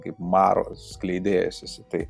kaip maro skleidėjasesi tai